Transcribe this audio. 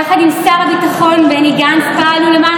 יחד עם שר הביטחון בני גנץ פעלנו למען